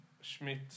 Schmidt